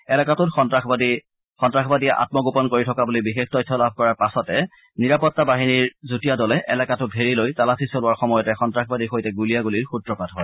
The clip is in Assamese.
এলেকাটোত সন্তাসবাদী আমগোপন কৰি থকা বুলি বিশেষ তথ্য লাভ কৰাৰ পাছতে নিৰাপত্তা বাহিনীৰ যুটীয়া দলে এলেকাটো ঘেৰি লৈ তালাচী চলোৱাৰ সময়তে সন্তাসবাদীৰ সৈতে গুলিয়াগুলিৰ সূত্ৰপাত হয়